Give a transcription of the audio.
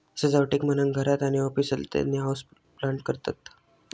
सजावटीक म्हणान घरात आणि ऑफिसातल्यानी हाऊसप्लांट करतत